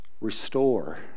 restore